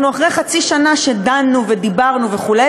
אנחנו אחרי חצי שנה שדנו ודיברנו וכו',